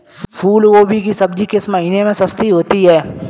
फूल गोभी की सब्जी किस महीने में सस्ती होती है?